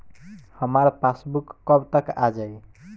हमार पासबूक कब तक आ जाई?